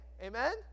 Amen